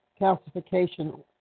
calcification